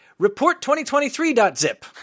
report2023.zip